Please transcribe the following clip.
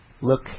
look